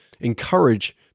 encourage